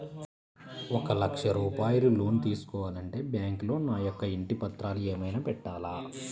ఒక లక్ష రూపాయలు లోన్ తీసుకోవాలి అంటే బ్యాంకులో నా యొక్క ఇంటి పత్రాలు ఏమైనా పెట్టాలా?